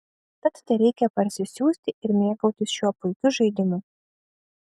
tad tereikia parsisiųsti ir mėgautis šiuo puikiu žaidimu